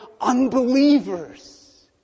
unbelievers